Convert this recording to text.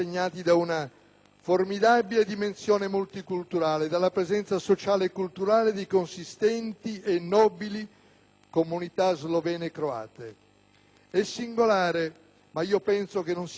formidabile dimensione multiculturale e dalla presenza sociale e culturale di consistenti e nobili comunità slovene e croate. È singolare, ma penso che non sia un caso,